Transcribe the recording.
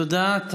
תודה.